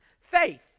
faith